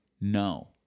no